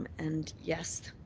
and, yes,